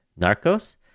Narcos